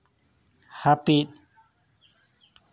ᱦᱟᱹᱯᱤᱫ